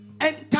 Enter